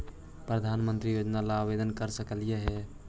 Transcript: प्रधानमंत्री योजना ला आवेदन कर सकली हे?